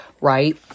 right